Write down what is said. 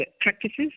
practices